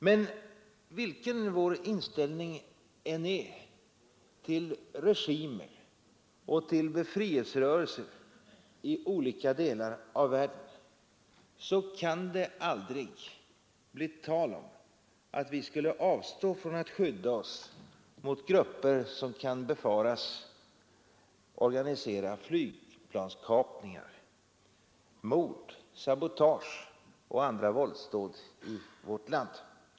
Men vilken vår inställning än är till regimer och befrielserörelser i olika delar av världen kan det aldrig bli tal om att vi skulle avstå från att skydda oss mot grupper som kan befaras organisera flygplanskapningar, mord, sabotage och andra våldsdåd i vårt land.